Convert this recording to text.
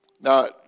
Now